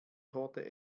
torte